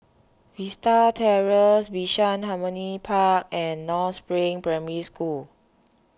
Vista Terrace Bishan Harmony Park and North Spring Primary School